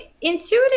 intuitive